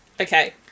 Okay